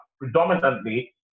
predominantly